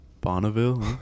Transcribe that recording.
Bonneville